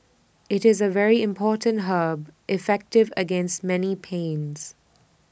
IT is A very important herb effective against many pains